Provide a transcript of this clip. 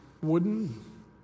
wooden